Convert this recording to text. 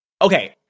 Okay